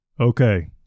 Okay